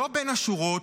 לא בין השורות,